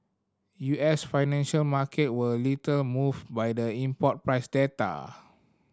U S financial market were little moved by the import price data